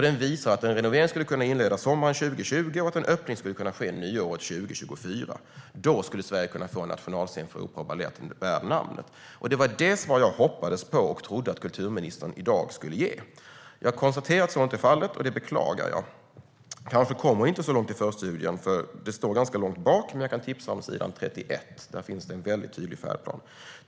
Den visar att en renovering skulle kunna inledas sommaren 2020 och att en öppning skulle kunna ske nyåret 2024. Då skulle Sverige kunna få en nationalscen för opera och balett värd namnet. Detta var det svar jag både hoppades på och trodde att kulturministern i dag skulle ge. Jag konstaterar att så inte är fallet och beklagar det. Kanske kom hon inte så långt i förstudien, för det står ganska långt bak. Men jag kan tipsa om s. 31. Där finns en mycket tydlig färdplan.